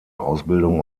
ausbildung